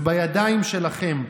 זה בידיים שלכם.